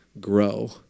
grow